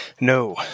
No